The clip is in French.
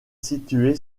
situé